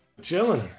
chilling